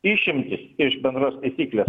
išimtys iš bendros taisyklės